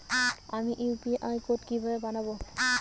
আমি UPI code কিভাবে বানাব?